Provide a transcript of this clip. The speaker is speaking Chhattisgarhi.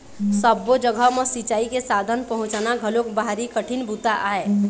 सब्बो जघा म सिंचई के साधन पहुंचाना घलोक भारी कठिन बूता आय